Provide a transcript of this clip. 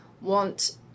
want